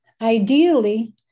Ideally